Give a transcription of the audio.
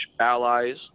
allies